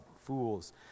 fools